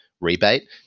rebate